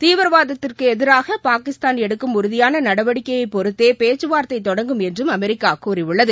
தீவிரவாதத்துக்கு எதிராக பாகிஸ்தாள் எடுக்கும் உறுதியான நடவடிக்கையை பொறுத்தே பேச்சுவார்த்தை தொடங்கும் என்றும் அமெரிக்கா கூறியுள்ளது